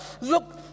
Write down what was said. Look